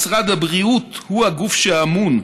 משרד הבריאות הוא הגוף שאמון,